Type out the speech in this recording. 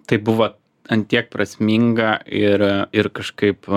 tai buvo ant tiek prasminga ir ir kažkaip